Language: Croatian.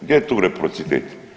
Gdje je tu reprocitet?